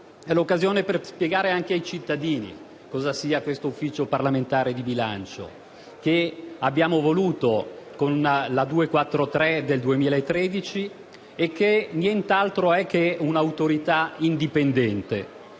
È l'occasione per spiegare anche ai cittadini cosa sia l'Ufficio parlamentare di bilancio, che abbiamo voluto con la legge n. 243 del 2012, e che nient'altro è che un'autorità indipendente,